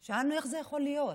שאלנו: איך זה יכול להיות?